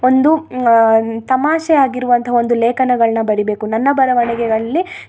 ಒಂದು ತಮಾಷೆಯಾಗಿರುವಂಥ ಒಂದು ಲೇಖನಗಳ್ನ ಬರೀಬೇಕು ನನ್ನ ಬರವಣಿಗೆಗಲ್ಲಿ